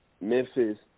Memphis